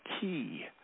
key